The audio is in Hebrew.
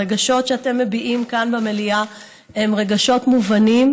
הרגשות שאתם מביעים כאן במליאה הם רגשות מובנים,